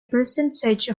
percentage